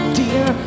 dear